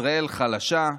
ישראל חלשה,